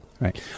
Right